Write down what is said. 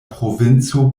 provinco